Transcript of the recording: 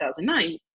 2009